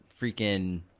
Freaking